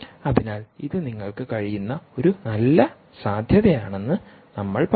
അതിനാൽ ഇത് നിങ്ങൾക്ക് കഴിയുന്ന ഒരു നല്ല സാധ്യതയാണെന്ന് നമ്മൾ പറഞ്ഞു